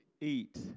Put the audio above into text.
eat